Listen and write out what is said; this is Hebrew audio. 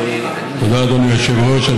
תודה, אדוני היושב-ראש.